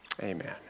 Amen